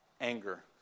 anger